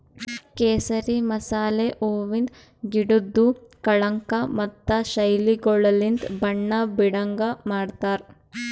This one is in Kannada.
ಕೇಸರಿ ಮಸಾಲೆ ಹೂವಿಂದ್ ಗಿಡುದ್ ಕಳಂಕ ಮತ್ತ ಶೈಲಿಗೊಳಲಿಂತ್ ಬಣ್ಣ ಬೀಡಂಗ್ ಮಾಡ್ತಾರ್